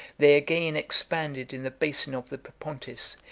they again expanded in the basin of the propontis,